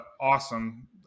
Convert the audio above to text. awesome